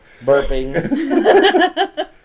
Burping